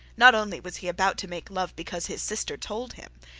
not only was he about to make love because his sister told him,